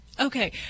Okay